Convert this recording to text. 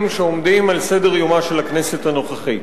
שעומדות על סדר-יומה של הכנסת הנוכחית.